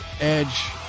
Edge